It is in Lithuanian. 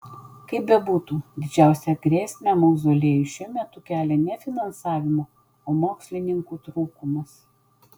kaip bebūtų didžiausią grėsmę mauzoliejui šiuo metu kelia ne finansavimo o mokslininkų trūkumas